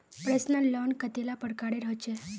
Personal loan कतेला प्रकारेर होचे?